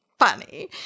funny